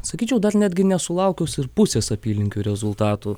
sakyčiau dar netgi nesulaukus ir pusės apylinkių rezultatų